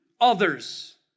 others